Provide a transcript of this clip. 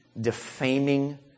defaming